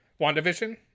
WandaVision